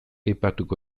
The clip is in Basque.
aipatuko